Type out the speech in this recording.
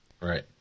Right